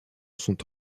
sont